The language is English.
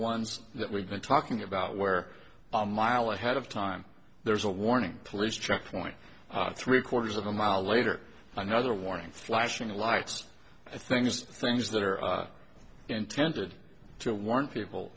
ones that we've been talking about where a mile ahead of time there's a warning police checkpoint three quarters of a mile later another warning flashing lights i think things that are intended to warn people